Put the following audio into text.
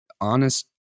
honest